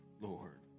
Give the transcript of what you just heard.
Lord